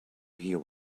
hear